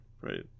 right